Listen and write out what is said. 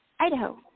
Idaho